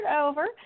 over